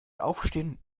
aufstehen